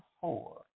four